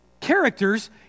characters